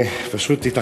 ופשוט התעכבתי.